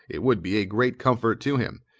it would be a great comfort to him,